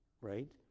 right